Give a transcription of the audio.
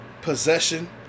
Possession